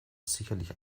sicherlich